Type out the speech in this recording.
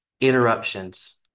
Interruptions